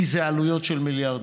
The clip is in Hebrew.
כי זה עלויות של מיליארדים.